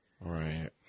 Right